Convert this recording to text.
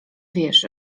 wiesz